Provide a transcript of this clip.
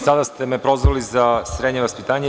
Sada ste me prozvali za srednje vaspitanje.